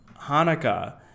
Hanukkah